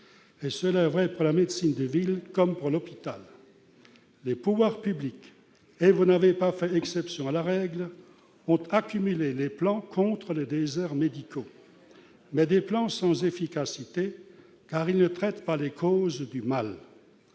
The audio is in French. : cela est vrai pour la médecine de ville comme pour l'hôpital. Les pouvoirs publics, et vous n'avez pas fait exception à la règle, ont accumulé les plans contre les déserts médicaux. Mais ces plans sont sans efficacité, car ils ne traitent pas les causes du mal.